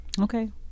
Okay